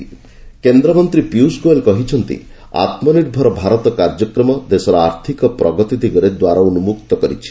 ପିୟୁଷ ଗୋଏଲ କେନ୍ଦ୍ରମନ୍ତ୍ରୀ ପିୟୁଷ ଗୋଏଲ କହିଛନ୍ତି ଆତ୍ମ ନିର୍ଭର ଭାରତ କାର୍ଯ୍ୟକ୍ରମ ଦେଶ ଆର୍ଥିକ ପ୍ରଗତି ଦିଗରେ ଦ୍ୱାର ଉନ୍କକ୍ତ କରିଛି